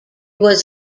was